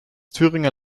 thüringer